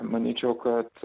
manyčiau kad